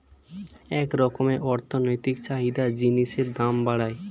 এক রকমের অর্থনৈতিক চাহিদা জিনিসের দাম বাড়ায়